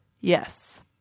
Yes